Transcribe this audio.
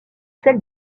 celle